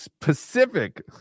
Pacific